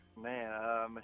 Man